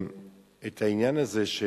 את העניין הזה של